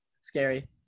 Scary